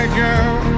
girl